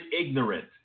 ignorant